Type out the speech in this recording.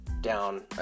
Down